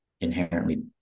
inherently